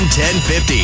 1050